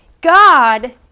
God